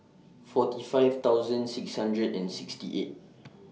forty five thousand six hundred and sixty eight